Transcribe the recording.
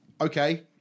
Okay